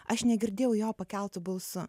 aš negirdėjau jo pakeltu balsu